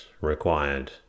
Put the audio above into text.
required